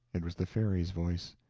it was the fairy's voice.